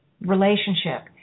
relationship